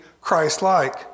Christ-like